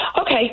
Okay